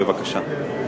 בבקשה.